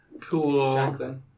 Cool